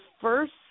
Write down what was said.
first